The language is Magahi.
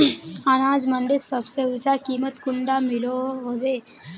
अनाज मंडीत सबसे ऊँचा कीमत कुंडा मिलोहो होबे?